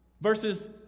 Verses